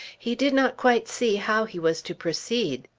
he did not quite see how he was to proceed.